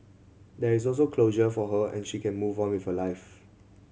there is also closure for her and she can move on with her life